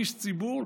איש ציבור,